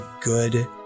good